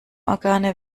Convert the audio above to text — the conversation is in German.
organe